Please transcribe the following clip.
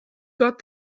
got